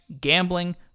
gambling